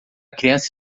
criança